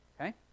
Okay